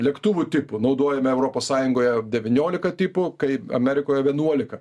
ne lėktuvų tipų naudojame europos sąjungoje devyniolika tipų kai amerikoje vienuolika